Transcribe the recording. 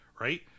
right